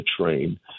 train